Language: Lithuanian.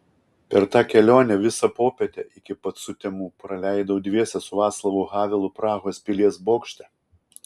per tą kelionę visą popietę iki pat sutemų praleidau dviese su vaclavu havelu prahos pilies bokšte